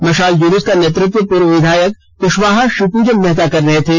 मशाल जुलूस का नेतृत्व पूर्व विधायक क्शवाहा शिवपूजन मेहता कर रहे थे